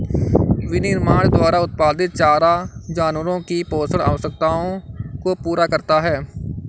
विनिर्माण द्वारा उत्पादित चारा जानवरों की पोषण आवश्यकताओं को पूरा करता है